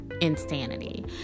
insanity